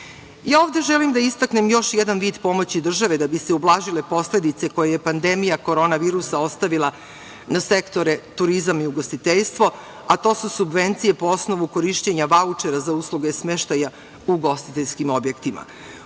mesta. Ovde želim da istaknem još jedan vid pomoći države da bi se ublažile posledice koje je pandemija korona virusa ostavila na sektore turizam i ugostiteljstvo, a to su subvencije po osnovu korišćenja vaučera za usluge smeštaja u ugostiteljskim objektima.